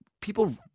people